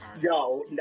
Yo